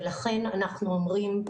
לכן אנחנו אומרים,